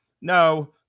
No